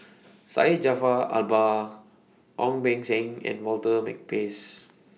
Syed Jaafar Albar Ong Beng Seng and Walter Makepeace